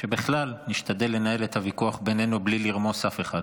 שבכלל נשתדל לנהל את הוויכוח בינינו בלי לרמוס אף אחד.